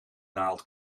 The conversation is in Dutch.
naald